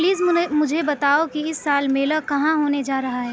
please مجھے بتاؤ کہ اس سال میلا کہاں ہونے جا رہا ہے